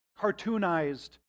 cartoonized